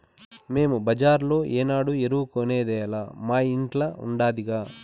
మేము బజార్లో ఏనాడు ఎరువు కొనేదేలా మా ఇంట్ల ఉండాదిగా